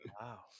Wow